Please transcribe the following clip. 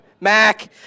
mac